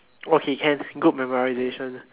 okay can good memorisation